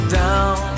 down